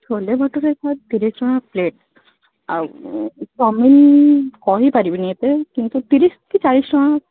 ଛୋଲେ ଭଟୁରେ ହଁ ତିରିଶ ଟଙ୍କା ପ୍ଲେଟ୍ ଆଉ ଚାଉମିନ୍ କହିପାରିବିନି ଏତେ କିନ୍ତୁ ତିରିଶ କି ଚାଳିଶ ଟଙ୍କା